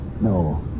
No